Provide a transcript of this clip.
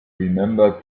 remembered